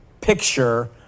picture